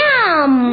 Yum